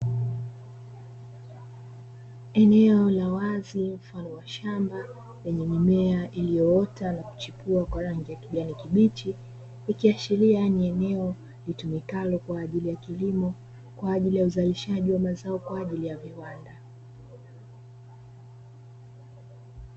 Eneo la wazi mfano wa shamba, lenye mimea iliyoota na kuchipua kwa rangi ya kijani kibichi, ikiashiria ni eneo litumikalo kwa ajili ya kilimo, kwa ajili ya uzalishaji wa mazao kwa ajili ya viwanda.